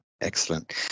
Excellent